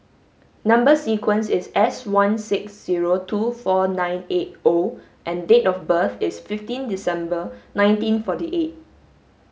number sequence is S one six zero two four nine eight O and date of birth is fifteen December nineteen forty eight